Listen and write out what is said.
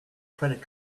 credit